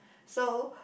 so